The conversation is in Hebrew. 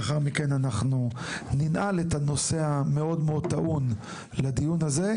לאחר מכן אנחנו ננעל את הנושא המאוד מאוד טעון לדיון הזה,